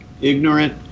ignorant